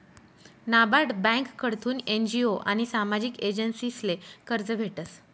नाबार्ड ब्यांककडथून एन.जी.ओ आनी सामाजिक एजन्सीसले कर्ज भेटस